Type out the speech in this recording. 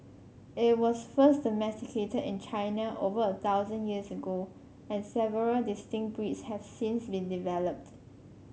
it was first domesticated in China over a thousand years ago and several distinct breeds have since been developed